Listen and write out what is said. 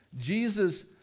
Jesus